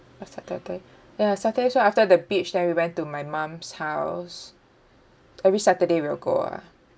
oh saturday ya saturday so after the beach then we went to my mum's house every saturday we'll go ah